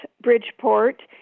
Bridgeport